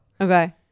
Okay